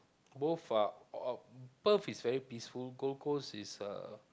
both are uh Perth is very peaceful Gold-Coast is uh